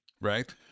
Right